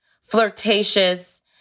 flirtatious